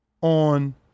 on